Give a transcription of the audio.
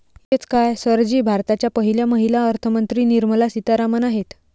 इतकेच काय, सर जी भारताच्या पहिल्या महिला अर्थमंत्री निर्मला सीतारामन आहेत